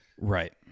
right